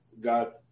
god